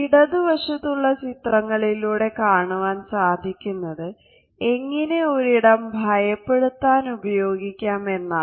ഇടതുവശത്തുള്ള ചിത്രങ്ങളിലൂടെ കാണുവാൻ സാധിക്കുന്നത് എങ്ങനെ ഒരു ഇടം ഭയപ്പെടുത്താൻ ഉപയോഗിക്കാം എന്നാണ്